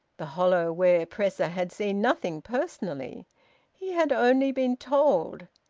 the hollow-ware-presser had seen nothing personally he had only been told.